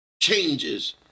changes